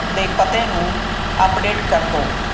ਦੇ ਪਤੇ ਨੂੰ ਅਪਡੇਟ ਕਰ ਦਿਉ